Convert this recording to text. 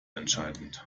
entscheidend